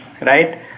right